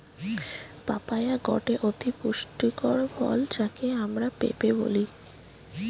papaya গটে অতি পুষ্টিকর ফল যাকে আমরা পেঁপে বলি